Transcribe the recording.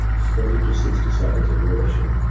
thirty to sixty seconds in duration.